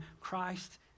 Christ